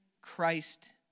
Christ